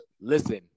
Listen